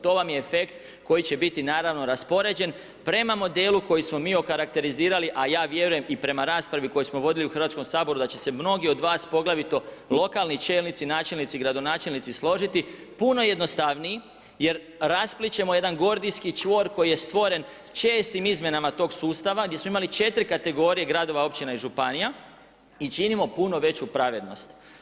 To vam je efekt koji će biti raspoređen prema modelu koji smo okarakterizirali, a vjerujem i prema raspravi koju smo vodili u Hrvatskom saboru da će se mnogi od vas poglavito lokalni čelnici, načelnici, gradonačelnici složiti puno jednostavniji jer rasplićemo jedan gordijski čvor koji je stvoren čestim izmjenama tog sustava, gdje smo imali 4 kategorija gradova, općina i županija i činimo puno veću pravednost.